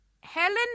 Helen